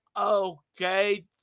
Okay